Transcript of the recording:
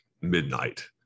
midnight